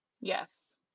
yes